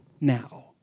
now